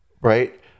Right